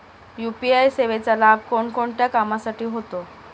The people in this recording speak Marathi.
यू.पी.आय सेवेचा लाभ कोणकोणत्या कामासाठी होतो?